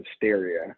hysteria